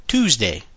Tuesday